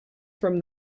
from